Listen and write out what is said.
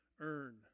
earn